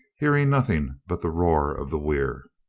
hearing nothing but the roar of the weir.